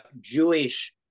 Jewish